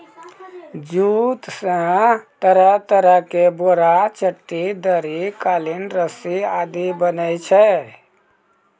jute स तरह तरह के बोरा, चट्टी, दरी, कालीन, रस्सी आदि बनै छै